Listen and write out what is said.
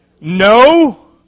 No